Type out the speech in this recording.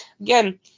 Again